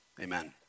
amen